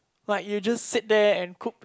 but you just sit there and coop